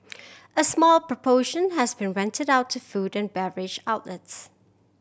a small proportion has been rented out to food and beverage outlets